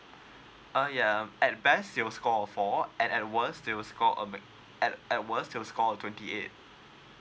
uh yeah at best they will score of four and at worst they will score at at worst they will score a twenty eight